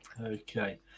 Okay